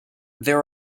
there